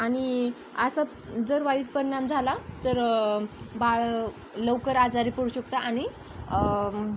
आणि असं जर वाईट परिणाम झाला तर बाळ लवकर आजारी पडू शकतं आणि